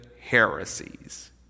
heresies